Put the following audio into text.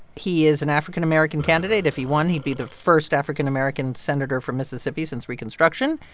he is an african-american candidate. if he won, he'd be the first african-american senator from mississippi since reconstruction.